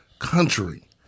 country